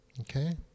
Okay